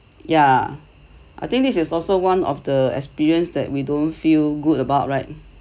ya I think this is also one of the experience that we don't feel good about right